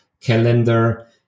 calendar